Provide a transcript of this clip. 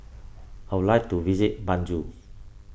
I would like to visit Banjul